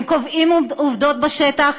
הם קובעים עובדות בשטח,